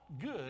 good